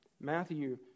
Matthew